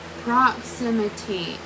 proximity